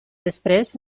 després